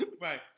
Right